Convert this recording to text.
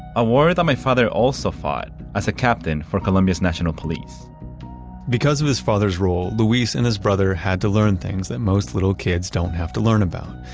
a war that my father also fought, as a captain for colombia's national police because of his father's role, luis and his brother had to learn things that most little kids don't have learn about,